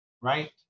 right